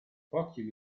pochi